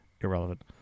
irrelevant